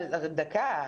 אבל, דקה.